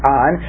on